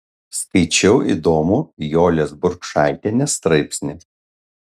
skaičiau įdomų jolės burkšaitienės straipsnį